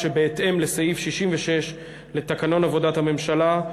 הוחלט, בהתאם לסעיף 66 לתקנון עבודת הממשלה,